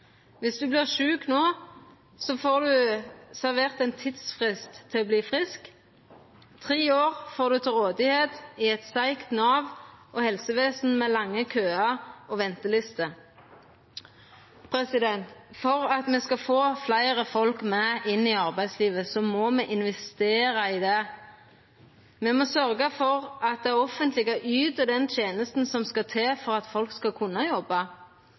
Viss du vert sjuk no, får du servert ein tidsfrist for å verta frisk – tre år får du til rådvelde i eit seigt Nav og eit helsevesen med lange køar og ventelister. For at me skal få fleire folk inn i arbeidslivet, må me investera i dei. Me må sørgja for at det offentlege yter den tenesta som skal til for at folk skal kunna jobba,